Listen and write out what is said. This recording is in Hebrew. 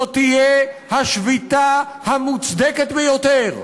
זו תהיה השביתה המוצדקת ביותר.